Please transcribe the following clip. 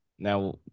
Now